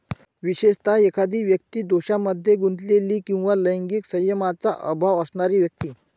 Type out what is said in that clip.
विशेषतः, एखादी व्यक्ती दोषांमध्ये गुंतलेली किंवा लैंगिक संयमाचा अभाव असणारी व्यक्ती